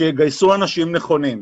שיגייסו אנשים נכונים.